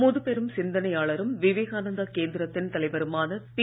முதுபெரும் சிந்தனையாளரும் விவேகானந்தா கேந்திரத்தின் தலைவருமான பி